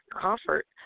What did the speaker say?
comfort